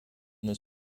this